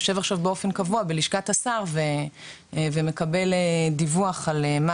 יושב עכשיו באופן קבוע בלשכת השר ומקבל דיווח על מה